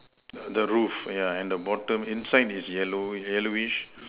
the the roof yeah and the bottom inside is yellow yellowish